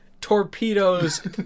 torpedoes